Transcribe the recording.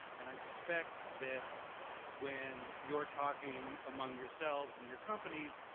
and i suspect that when you're talking among yourselves and your companies,